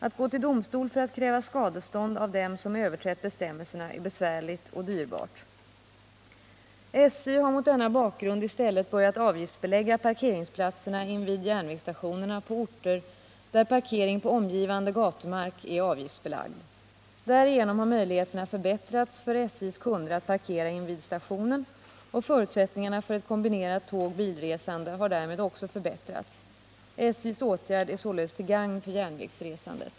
Att gå till domstol för att kräva skadestånd av dem som överträtt bestämmelserna är besvärligt och dyrbart. SJ har mot denna bakgrund i stället börjat avgiftsbelägga parkeringsplatserna invid järnvägsstationerna på orter därparkering på omgivande gatumark är avgiftsbelagd. Därigenom har möjligheterna förbättrats för SJ:s kunder att parkera invid stationen, och förutsättningarna för ett kombinerat tåg-bilresande har därmed också förbättrats. SJ:s åtgärd är således till gagn för järnvägsresandet.